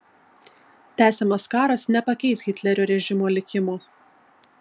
tęsiamas karas nepakeis hitlerio režimo likimo